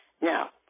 Now